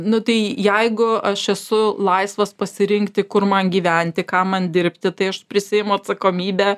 nu tai jeigu aš esu laisvas pasirinkti kur man gyventi ką man dirbti tai aš prisiimu atsakomybę